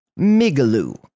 Migaloo